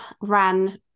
ran